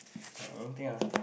anything lah